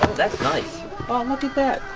that's nice. oh look at that,